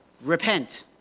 repent